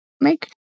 Make